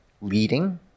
leading